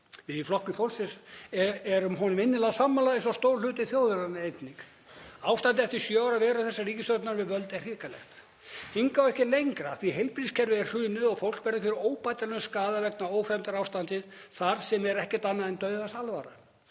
Við í Flokki fólksins erum honum innilega sammála eins og stór hluti þjóðarinnar einnig. Ástandið eftir sjö ára veru þessarar ríkisstjórnar við völd er hrikalegt. Hingað og ekki lengra af því að heilbrigðiskerfið er hrunið og fólk verður fyrir óbætanlegum skaða vegna ófremdarástandsins sem er ekkert annað en dauðans alvara.